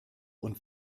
und